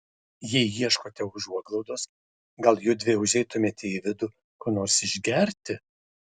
jei ieškote užuoglaudos gal judvi užeitumėte į vidų ko nors išgerti